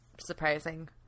surprising